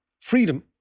freedom